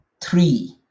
three